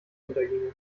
unterginge